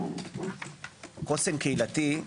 חוסן קהילתי.